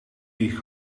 die